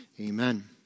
Amen